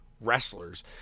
wrestlers